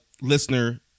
listener